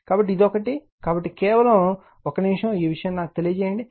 కాబట్టి ఇది ఒకటి కాబట్టి కేవలం 1 నిమిషం ఈ విషయం నాకు తెలియజేయండి